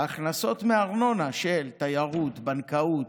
ההכנסות מארנונה על תיירות, בנקאות,